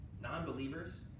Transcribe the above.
non-believers